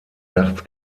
nachts